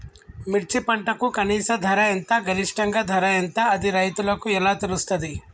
మిర్చి పంటకు కనీస ధర ఎంత గరిష్టంగా ధర ఎంత అది రైతులకు ఎలా తెలుస్తది?